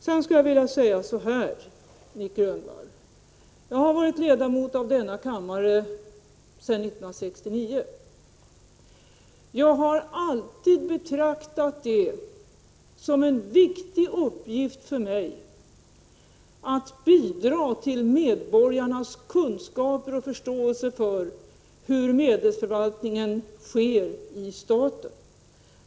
Sedan skulle jag vilja säga så här, Nic Grönvall, att jag har varit ledamot av riksdagen sedan 1969, och jag har alltid betraktat det som en viktig uppgift för mig att bidra till medborgarnas kunskaper om och förståelse för hur medelsförvaltningen skeristaten.